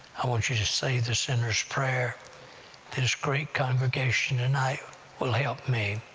i want you to say the sinner's prayer this great congregation tonight will help me.